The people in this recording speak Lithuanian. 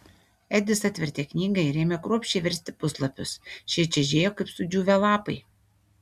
edis atvertė knygą ir ėmė kruopščiai versti puslapius šie čežėjo kaip sudžiūvę lapai